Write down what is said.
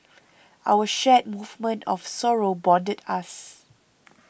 our shared movement of sorrow bonded us